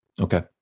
Okay